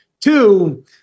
Two